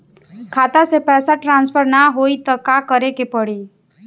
खाता से पैसा टॉसफर ना होई त का करे के पड़ी?